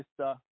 mr